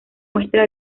muestra